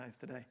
today